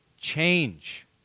Change